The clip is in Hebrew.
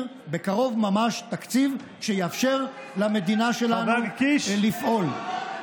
בקרוב ממש תקציב שיאפשר למדינה שלנו לפעול.